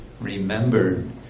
remember